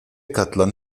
katılan